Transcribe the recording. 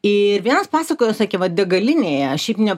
ir vienas pasakojo sakė va degalinėje šiaip ne